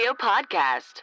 podcast